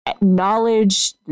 knowledge